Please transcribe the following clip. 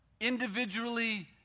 individually